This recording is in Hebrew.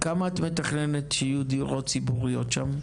כמה את מתכננת שיהיו דירות ציבוריות שם?